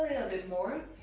bit more.